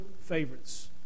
favorites